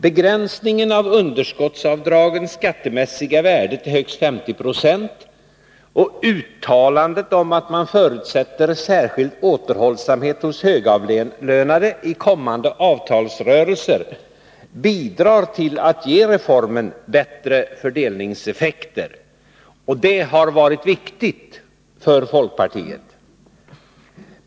Begränsningen av underskottavdragens skattemässiga värde till högst 50 96 och uttalandet att man förutsätter särskild återhållsamhet hos högavlönade i kommande avtalsrörelser bidrar till att ge reformen bättre fördelningseffekter, och det har varit viktigt för folkpartiet.